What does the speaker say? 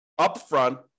upfront